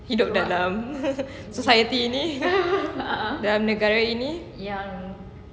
hidup dalam susah hati ini dalam negara ini